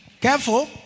Careful